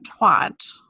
twat